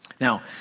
Now